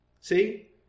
See